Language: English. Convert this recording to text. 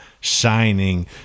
shining